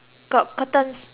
up